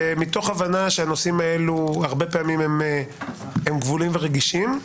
מתוך הבנה שהנושאים הללו הרבה פעמים הם גבוליים ורגישים,